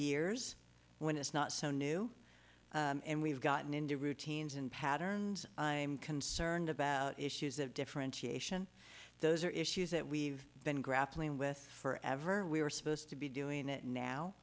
years when it's not so new and we've gotten into routines and patterns i'm concerned about issues of differentiation those are issues that we've been grappling with forever we were supposed to be doing it now